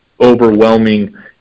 overwhelming